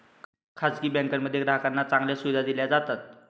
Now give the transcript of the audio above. खासगी बँकांमध्ये ग्राहकांना चांगल्या सुविधा दिल्या जातात